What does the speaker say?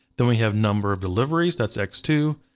then we have number of deliveries, that's x two.